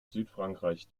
südfrankreich